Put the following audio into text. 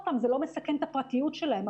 זה לא מסכן את הפרטיות שלהם.